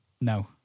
No